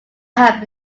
have